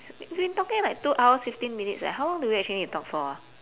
we've been like talking like two hours fifteen minutes leh how long do we actually need to talk for ah